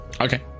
Okay